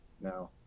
No